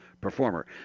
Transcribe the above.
performer